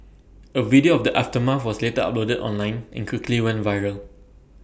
A video of the aftermath was later uploaded online and quickly went viral